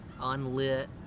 unlit